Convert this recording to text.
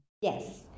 Yes